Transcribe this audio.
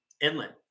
inland